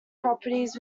properties